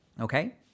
Okay